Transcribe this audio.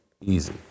easy